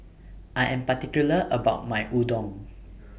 I Am particular about My Udon